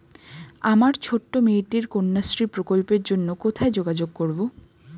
আমার ছোট্ট মেয়েটির কন্যাশ্রী প্রকল্পের জন্য কোথায় যোগাযোগ করব?